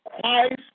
Christ